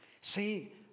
See